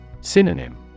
Synonym